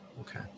okay